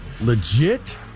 legit